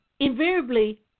Invariably